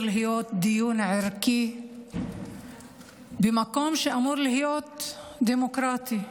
להיות דיון ערכי במקום שאמור להיות דמוקרטי.